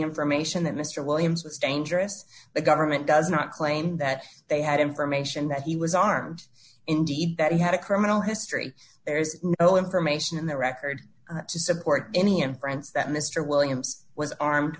information that mister williams was dangerous the government does not claim that they had information that he was armed indeed that he had a criminal history there's no information in the record to support any inference that mister williams was armed